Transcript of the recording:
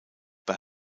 bei